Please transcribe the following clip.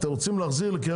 רוצים להחזיר לוועדה